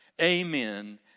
Amen